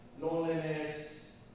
loneliness